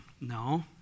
No